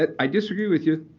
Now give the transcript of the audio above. i disagree with you,